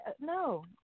no